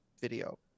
video